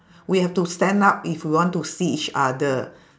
we have to stand up if we want to see each other